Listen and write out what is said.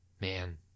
Man